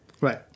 Right